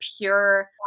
pure